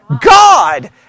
God